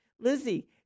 Lizzie